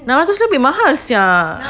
now just lebih mahal sia